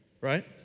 Right